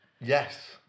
Yes